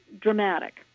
dramatic